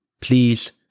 Please